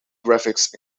graphics